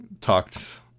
talked